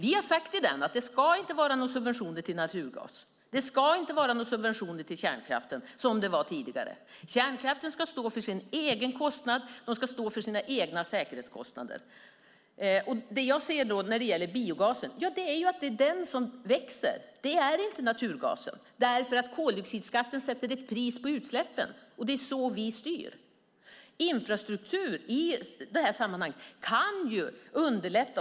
I den har vi sagt att det inte ska vara några subventioner till naturgas och att det inte ska vara några subventioner till kärnkraften som det var tidigare. Kärnkraften ska stå för sina egna kostnader, och den ska stå för sina egna säkerhetskostnader. Det är biogasen som växer, inte naturgasen. Koldioxidskatten sätter ett pris på utsläppen, och det är så vi styr. Infrastruktur kan underlätta.